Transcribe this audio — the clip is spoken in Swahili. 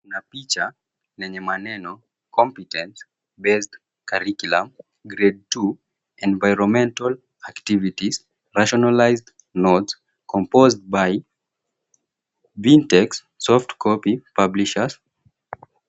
Na picha lenye maneno, Competence Based Curriculum Grade 2 Environmental Activities Rationalised Notes, Composed by Vintext Soft Copy Publishers.